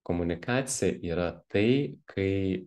komunikacija yra tai kai